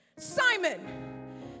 Simon